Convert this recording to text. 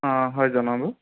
অ' হয় জনাব